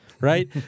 Right